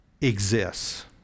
exists